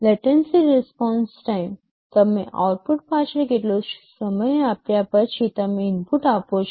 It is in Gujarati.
લેટન્સી રિસ્પોન્સ ટાઇમ તમે આઉટપુટ પાછળ કેટલો સમય આપ્યા પછી તમે ઇનપુટ આપો છો